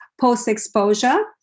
post-exposure